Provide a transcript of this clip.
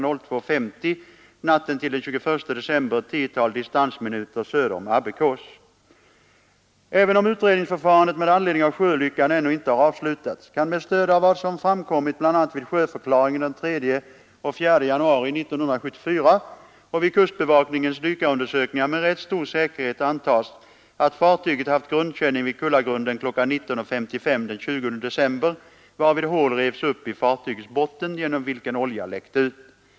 02.50 natten till den 21 december ett tiotal distansminuter söder om Abbekås. Även om utredningsförfarandet med anledning av sjöolyckan ännu inte har avslutats, kan man med stöd av vad som framkommit bl.a. vid sjöförklaringen den 3 och 4 januari 1974 och vid kustbevakningens dykarundersökningar med rätt stor säkerhet anta att fartyget har haft grundkänning vid Kullagrunden kl. 19.55 den 20 december varvid hål revs upp i fartygets botten genom vilka olja läckte ut.